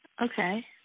Okay